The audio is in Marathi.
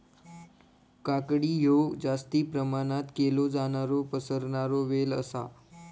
काकडी हयो जास्ती प्रमाणात केलो जाणारो पसरणारो वेल आसा